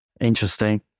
Interesting